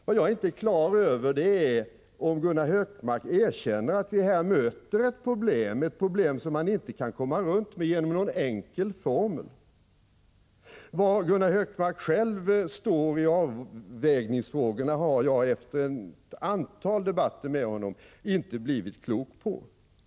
Vad jag inte har klart för mig är om Gunnar Hökmark erkänner att vi här möter ett problem, ett problem som man inte kan komma runt genom en enkel formel. Var Gunnar Hökmark själv står i avvägningsfrågorna har jag efter ett antal debatter med honom inte blivit klok på.